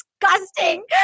disgusting